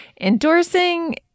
endorsing